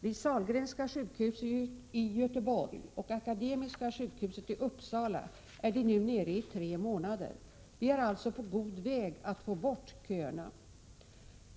Vid Sahlgrenska sjukhuset i Göteborg och vid Akademiska sjukhuset i Uppsala är väntetiderna nu nere i tre månader. Vi är alltså på god väg att få bort köerna.